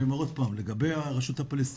אני אומר עוד פעם - לגבי הרשות הפלסטינית,